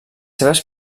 seves